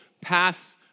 pass